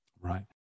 Right